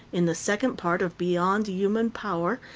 in the second part of beyond human power,